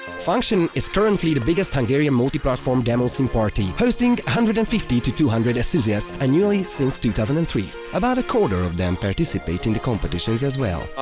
function is currently the biggest hungarian multi-platform demoscene party, hosting one hundred and fifty two two hundred enthusiasts annually since two thousand and three. about a quarter of them participate in the competitions as well.